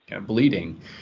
bleeding